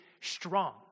strong